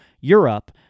Europe—